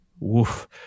Woof